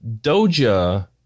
Doja